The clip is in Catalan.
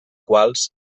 quals